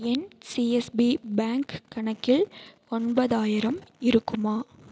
என் CSP bank கணக்கில் ஒன்பதாயிரம் இருக்குமா